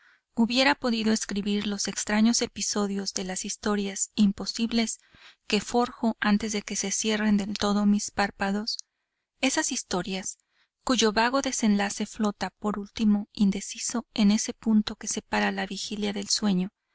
hubiera podido escribir los extraños episodios de las historias imposibles que forjo antes de que se cierren del todo mis párpados esas historias cuyo vago desenlace flota por último indeciso en ese punto que separa la vigilia del sueño